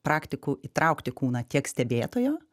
praktikų įtraukti kūną tiek stebėtojo